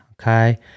okay